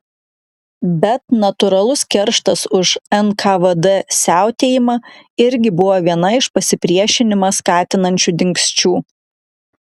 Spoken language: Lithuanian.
bet natūralus kerštas už nkvd siautėjimą irgi buvo viena iš pasipriešinimą skatinančių dingsčių